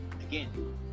again